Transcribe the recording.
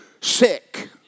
sick